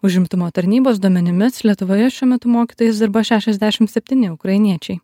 užimtumo tarnybos duomenimis lietuvoje šiuo metu mokytojais dirba šešiasdešim septyni ukrainiečiai